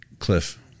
Cliff